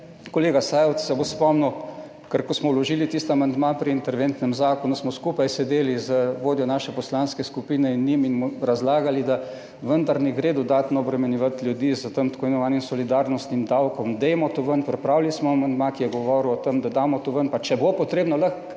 kolega Sajovic se bo spomnil, ker ko smo vložili tisti amandma pri interventnem zakonu, smo skupaj sedeli z vodjo naše poslanske skupine in njim in razlagali, da vendar ne gre dodatno obremenjevati ljudi s tem t. i. solidarnostnim davkom, dajmo to ven. Pripravili smo amandma, ki je govoril o tem, da damo to ven, pa če bo potrebno lahko